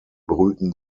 brüten